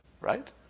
Right